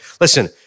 listen